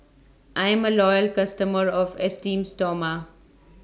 I'm A Loyal customer of Esteem Stoma